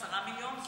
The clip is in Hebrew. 10 מיליון,